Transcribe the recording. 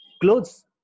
Clothes